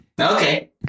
Okay